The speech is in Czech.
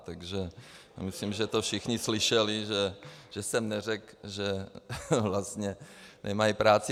Takže myslím, že to všichni slyšeli, že jsem neřekl, že vlastně nemají práci.